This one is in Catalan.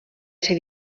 ser